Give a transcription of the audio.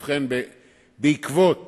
ובכן, בעקבות